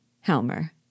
Helmer